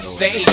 say